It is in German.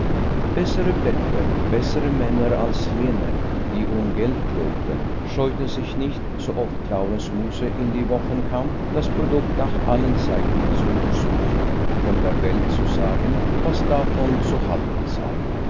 bessere blätter bessere männer als jene die um geld lobten scheuten sich nicht so oft claurens muse in die wochen kam das produkt nach allen seiten zu untersuchen und der welt zu sagen was davon zu halten sei